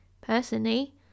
personally